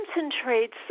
Concentrates